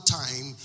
time